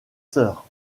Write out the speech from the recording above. sœurs